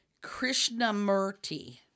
Krishnamurti